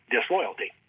disloyalty